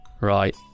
Right